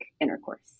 intercourse